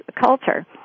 culture